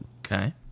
Okay